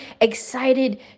excited